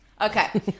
Okay